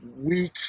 week